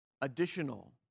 additional